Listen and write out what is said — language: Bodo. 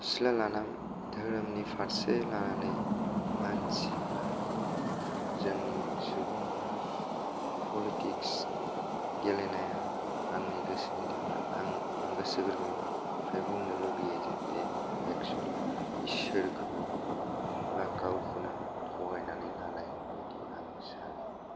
असिला लानानै धोरोमनि फारसे लानानै मान्थिफ्रा जोंनि सुबुंफ्रा पलिटिक्स गेलेनाया आंनि गोसोनि थाखाय आंनि गोसो गोरबो निफ्राय बुंनो लुगैयो जे बे एक्चुवेलि इसोरखौ बा गावखौनो थगायनानै लानाय बायदि आं सानो